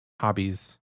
hobbies